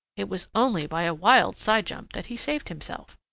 it was only by a wild side jump that he saved himself.